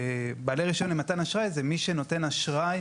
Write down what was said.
בעל רישיון למתן אשראי הוא מי שנותן אשראי,